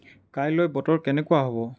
কাইলৈ বতৰ কেনেকুৱা হ'ব